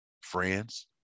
friends